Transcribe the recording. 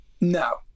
no